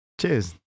Cheers